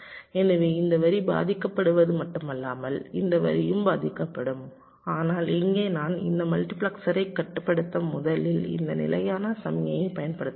எனவே இந்த வரி பாதிக்கப்படுவது மட்டுமல்லாமல் இந்த வரியும் பாதிக்கப்படும் ஆனால் இங்கே நான் இந்த மல்டிபிளெக்சரைக் கட்டுப்படுத்த முதலில் இந்த நிலையான சமிக்ஞையைப் பயன்படுத்துகிறேன்